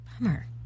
Bummer